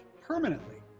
permanently